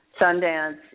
Sundance